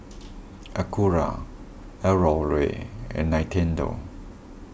Acura L'Oreal and Nintendo